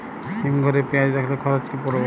হিম ঘরে পেঁয়াজ রাখলে খরচ কি পড়বে?